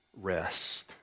rest